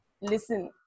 listen